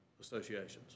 associations